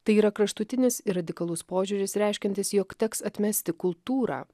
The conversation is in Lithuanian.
tai yra kraštutinis ir radikalus požiūris reiškiantis jog teks atmesti kultūrą